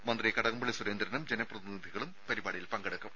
മന്ത്രി കടകംപള്ളി സുരേന്ദ്രനും ജനപ്രതിനിധികളും പരിപാടിയിൽ പങ്കെടുക്കും